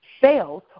sales